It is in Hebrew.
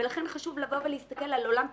ולכן חשוב לבוא ולהסתכל על עולם פתוח,